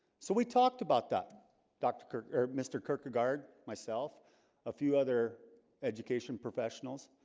so we talked about that dr. kirk mr. kirk regard myself a few other education professionals,